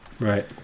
Right